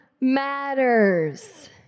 matters